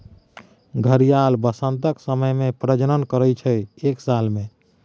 घड़ियाल बसंतक समय मे प्रजनन करय छै एक साल मे